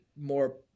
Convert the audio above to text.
more